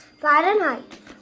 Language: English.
Fahrenheit